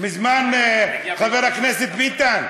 חבר הכנסת ביטן,